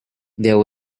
there